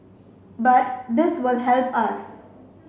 but this will help us